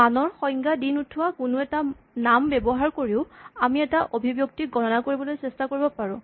মানৰ সংজ্ঞা দি নোথোৱা কোনো এটা নাম ব্যৱহাৰ কৰিও আমি এটা অভিব্যক্তি গণনা কৰিবলৈ চেষ্টা কৰিব পাৰোঁ